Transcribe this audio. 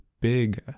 big